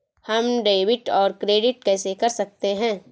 हम डेबिटऔर क्रेडिट कैसे कर सकते हैं?